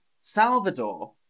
Salvador